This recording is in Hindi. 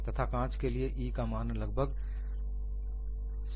तथा कांच के लिए E का मान लगभग 62 GPa होता है